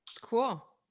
cool